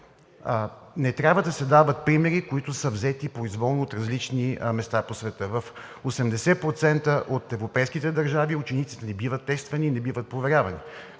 Не трябва да се дават примери, които са взети произволно от различни места по света. В 80% от европейските държави учениците не биват тествани, не биват проверявани,